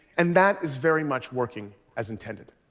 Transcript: and that is very much working as intended.